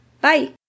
Bye